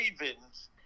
Ravens